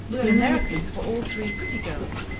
the americans were all three pretty girls,